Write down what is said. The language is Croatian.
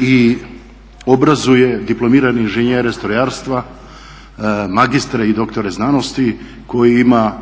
i obrazuje diplomirane inženjere strojarstva, magistre i doktore znanosti koji ima